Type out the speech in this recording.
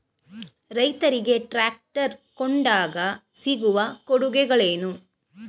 ರೈತರಿಗೆ ಟ್ರಾಕ್ಟರ್ ಕೊಂಡಾಗ ಸಿಗುವ ಕೊಡುಗೆಗಳೇನು?